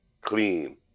clean